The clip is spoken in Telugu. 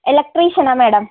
ఎలక్ట్రీషియనా మ్యాడమ్